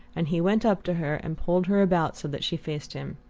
and he went up to her and pulled her about so that she faced him.